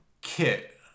kit